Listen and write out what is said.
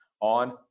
on